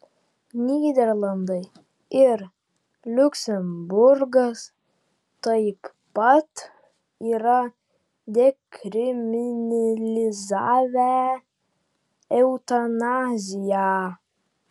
nyderlandai ir liuksemburgas taip pat yra dekriminalizavę eutanaziją